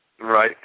Right